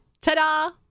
ta-da